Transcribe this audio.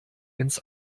ins